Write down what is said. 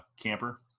camper